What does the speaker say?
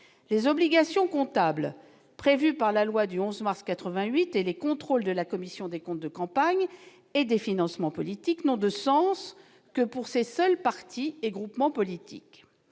Les obligations comptables prévues par la loi du 11 mars 1988 et le contrôle de la Commission des comptes de campagne et des financements politiques n'ont de sens que pour ces seuls partis et groupements politiques.